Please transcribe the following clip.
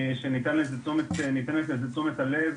שניתנת לזה תשומת הלב